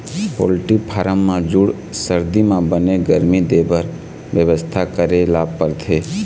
poultry farm म जूड़ सरदी म बने गरमी देबर बेवस्था करे ल परथे